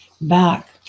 back